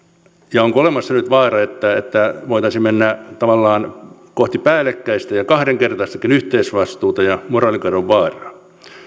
ja onko olemassa nyt vaara että että voitaisiin mennä tavallaan kohti päällekkäistä ja kahdenkertaistakin yhteisvastuuta ja moraalikadon vaaraa